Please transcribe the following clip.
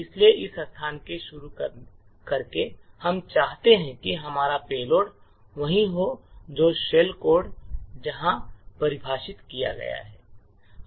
इसलिए इस स्थान से शुरू करके हम चाहते हैं कि हमारा पेलोड वही हो जो शेल कोड यहां परिभाषित किया गया है